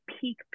peak